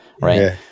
right